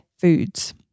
foods